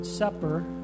Supper